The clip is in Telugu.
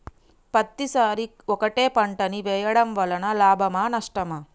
పత్తి సరి ఒకటే పంట ని వేయడం వలన లాభమా నష్టమా?